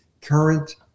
current